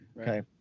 Okay